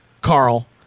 Carl